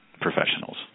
professionals